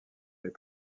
les